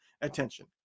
attention